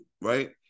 right